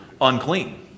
Unclean